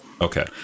Okay